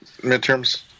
midterms